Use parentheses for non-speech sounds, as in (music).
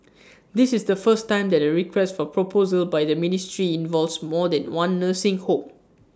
(noise) this is the first time that A request for proposal by the ministry involves more than one nursing home